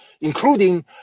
including